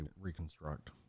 reconstruct